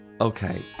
Okay